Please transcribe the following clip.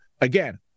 again